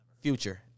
Future